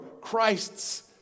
Christ's